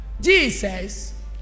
Jesus